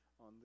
On